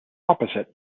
opposite